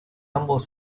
ambos